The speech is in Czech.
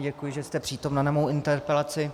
Děkuji, že jste přítomna na moji interpelaci.